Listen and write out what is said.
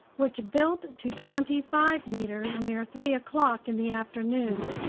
which built to twenty-five meters near three o'clock in the afternoon.